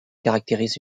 caractérisent